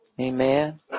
Amen